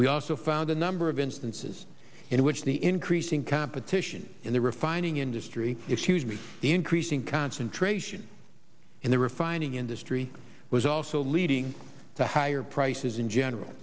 we also found a number of instances in which the increasing competition in the refining industry excuse me the increasing concentration in the refining industry was also leading to higher prices in general